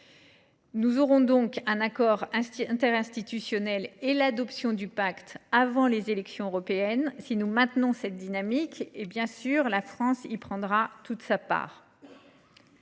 Nous aurons un accord interinstitutionnel et l’adoption du pacte avant les élections européennes si nous maintenons cette dynamique, et la France y prendra toute sa part.